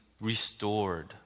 restored